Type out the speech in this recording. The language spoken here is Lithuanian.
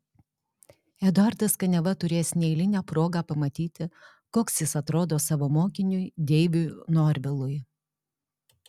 eduardas kaniava turės neeilinę progą pamatyti koks jis atrodo savo mokiniui deiviui norvilui